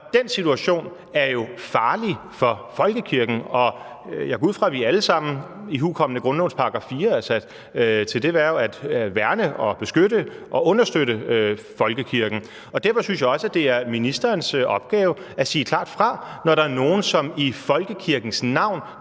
Den situation er jo farlig for folkekirken. Jeg går ud fra, at vi alle sammen, ihukommende grundlovens § 4, er sat til det hverv at værne om og beskytte og understøtte folkekirken. Derfor synes jeg også, det er ministerens opgave at sige klart fra, når der er nogen, som i folkekirkens navn